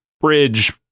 bridge